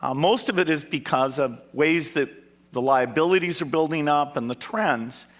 um most of it is because of ways that the liabilities are building up and the trends,